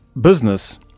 business